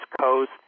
Coast